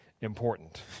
important